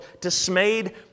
dismayed